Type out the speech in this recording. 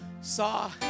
saw